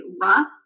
rough